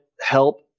help